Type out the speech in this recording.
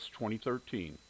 2013